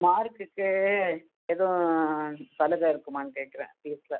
மார்க்குக்கு எதுவும் சலுகை இருக்குமான்னு கேட்குறேன் இப்போ